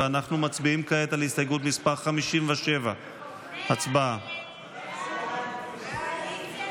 אנחנו מצביעים כעת על הסתייגות מס' 57. הסתייגות 57 לא נתקבלה.